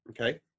Okay